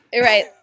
Right